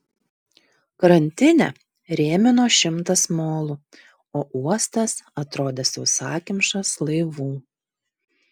krantinę rėmino šimtas molų o uostas atrodė sausakimšas laivų